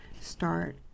start